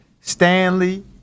Stanley